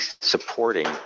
supporting